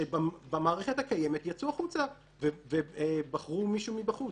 שבמערכת הקיימת יצאו החוצה ובחרו מישהו מבחוץ.